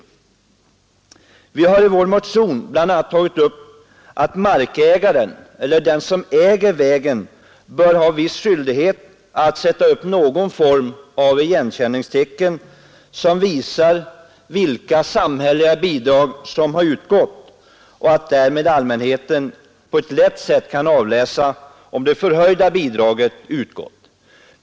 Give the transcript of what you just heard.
Vi har i vår motion bl.a. föreslagit att den som äger vägen bör ha viss skyldighet att sätta upp någon form av igenkänningstecken som visar vilka samhälleliga bidrag som har utgått, varigenom allmänheten lätt kan avläsa om det förhöjda bidraget utgått.